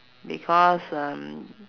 because um